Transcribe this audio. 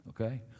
okay